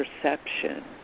perception